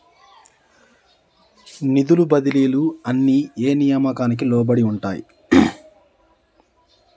నిధుల బదిలీలు అన్ని ఏ నియామకానికి లోబడి ఉంటాయి?